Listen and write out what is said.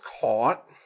caught